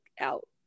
out